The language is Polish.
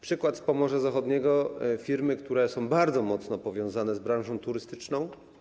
Przykład z Pomorza Zachodniego, firm, które są bardzo mocno powiązane z branżą turystyczną.